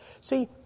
See